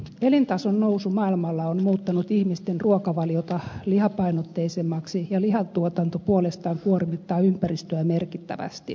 elintason nousu maailmalla on muuttanut ihmisten ruokavaliota lihapainotteisemmaksi ja lihantuotanto puolestaan kuormittaa ympäristöä merkittävästi